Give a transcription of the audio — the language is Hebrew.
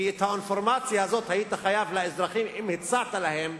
כי את האינפורמציה הזאת היית חייב לאזרחים אם הצעת להם,